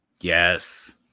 Yes